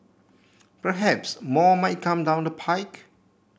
perhaps more might come down the pike